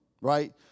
right